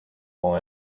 whole